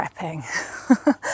prepping